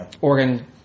Oregon